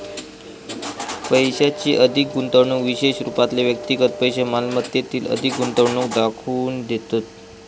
पैशाची अधिक गुंतवणूक विशेष रूपातले व्यक्तिगत पैशै मालमत्तेतील अधिक गुंतवणूक दाखवून देतत